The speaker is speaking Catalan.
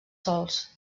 sòls